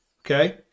Okay